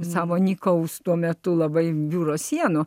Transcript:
savo nykaus tuo metu labai biuro sienų